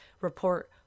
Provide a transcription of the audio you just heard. report